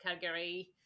Calgary